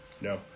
No